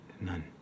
None